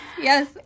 Yes